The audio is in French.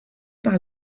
par